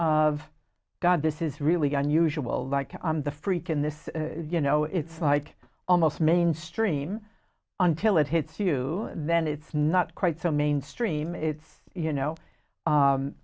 of god this is really unusual like the freak in this you know it's like almost mainstream until it hits you then it's not quite so mainstream it's you know